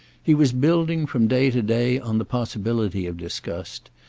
he was building from day to day on the possibility of disgust,